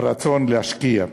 ברצון להשקיע.